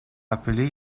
appelé